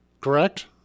correct